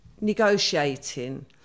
negotiating